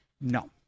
No